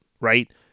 right